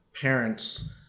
parents